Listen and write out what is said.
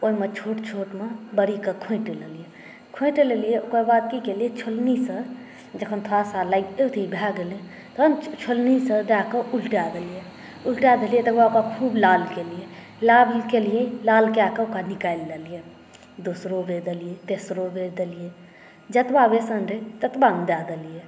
ओहिमे छोट छोटमे बड़ीक खोंटि लेलियै खोंटि लेलियै ओकर बाद की केलियै छोलनीसॅं जखन थोड़ासॅं लागि गेल जे ई भै गेलै तहन छोलनीसॅं दए कऽ उलटि देलियै उलटा देलियै तकर बाद ओकरा खूब लाल केलियै लाल केलियै लाल कए कऽ ओकरा निकालि देलियै दोसरो बेर देलियै तेसरो बेर देलियै जतबा बेसन रहै ततबामे दए देलियै